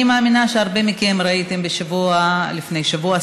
אני מאמינה שהרבה מכם ראיתם לפני שבוע,